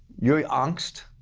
your angst